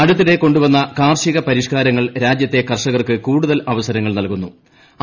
അടുത്തിടെ കൊണ്ടു വന്ന കാർഷിക പരിഷ്ക്കാർങ്ങൾ രാജ്യത്തെ കർഷകർക്ക് കൂടുതൽ അവസരങ്ങൾ നല്കുന്നു്